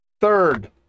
Third